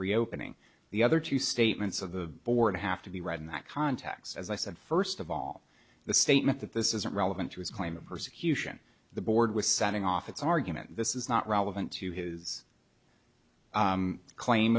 reopening the other two statements of the board have to be read in that context as i said first of all the statement that this isn't relevant to his claim of persecution the board with sending off its argument this is not relevant to his claim